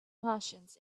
martians